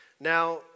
Now